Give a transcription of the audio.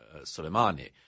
Soleimani